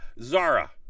Zara